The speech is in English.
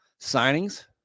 signings